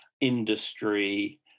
industry